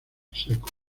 secos